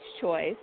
choice